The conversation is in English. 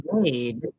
made